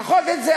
לפחות את זה.